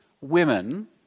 women